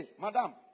madam